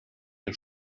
els